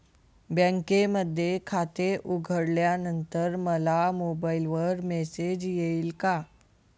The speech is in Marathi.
बँकेमध्ये खाते उघडल्यानंतर मला मोबाईलवर मेसेज येईल का?